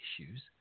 issues